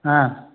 ಹಾಂ